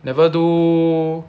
never do